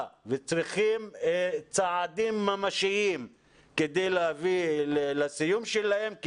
וצריכים צעדים ממשיים כדי להביא לסיום שלהם,